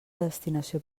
destinació